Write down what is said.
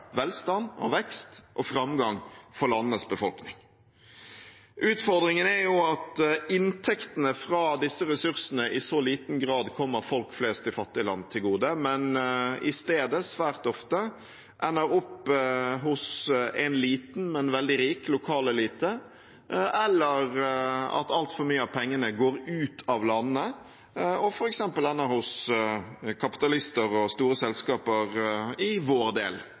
velstand, vekst og framgang for landenes befolkning. Utfordringen er jo at inntektene fra disse ressursene i så liten grad kommer folk flest i fattige land til gode, men i stedet svært ofte ender opp hos en liten, men veldig rik, lokal elite, eller at altfor mye av pengene går ut av landet og f.eks. ender hos kapitalister og store selskaper i vår del